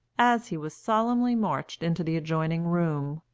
as he was solemnly marched into the adjoining room,